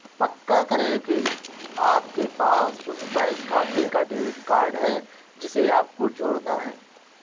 पक्का करें की आपके पास उस बैंक खाते का डेबिट कार्ड है जिसे आपको जोड़ना है